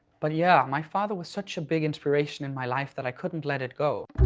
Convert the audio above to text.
but yeah, my father was such a big inspiration in my life that i couldn't let it go.